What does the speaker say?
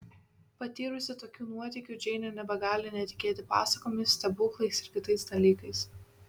patyrusi tokių nuotykių džeinė nebegali netikėti pasakomis stebuklais ir kitais dalykais